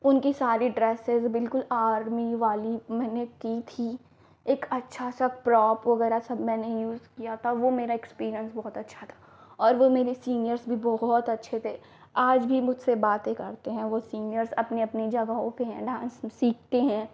उनकी सारी ड्रेसेज़ बिल्कुल आर्मी वाली मैंने की थी एक अच्छा सा प्रॉप वग़ैरह सब मैंने यूज़ किया था और वह मेरा एक्सपीरिएन्स बहुत अच्छा था और वह मेरे सीनिअर्स भी बहुत अच्छे थे आज भी मुझसे बातें करते हैं वह सीनियर्स अपनी अपनी जगहों पर हैं ना सीखते हैं